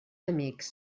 amics